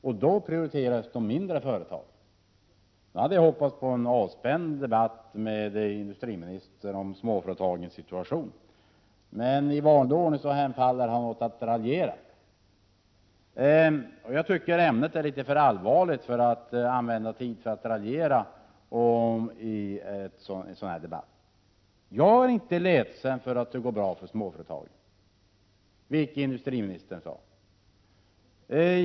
Därvid prioriterades de mindre företagen. Jag hade hoppats på en avspänd debatt med industriministern om småföretagens situation. Men i vanlig ordning hemfaller han åt att raljera. Jag tycker att ämnet är för allvarligt för att man skall använda debattiden till att raljera. Jag är inte ledsen för att det går bra för småföretagen, något som industriministern påstod att jag skulle vara.